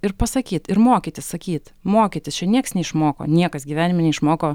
ir pasakyt ir mokytis sakyt mokytis čia nieks neišmoko niekas gyvenime neišmoko